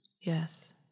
Yes